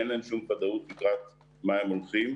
אין להן שום ודאות לקראת מה הן הולכות.